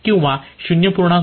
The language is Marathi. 1 किंवा 0